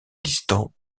distant